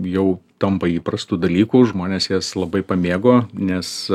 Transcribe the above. jau tampa įprastu dalyku žmonės jas labai pamėgo nes